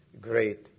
great